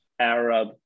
Arab